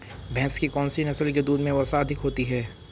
भैंस की कौनसी नस्ल के दूध में वसा अधिक होती है?